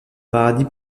paradis